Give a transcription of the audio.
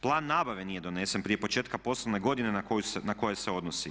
Plan nabave nije donesen prije početka poslovne godine na koju se odnosi.